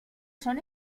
son